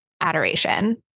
adoration